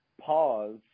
pause